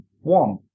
one